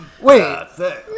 Wait